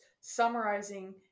summarizing